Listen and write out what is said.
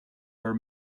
were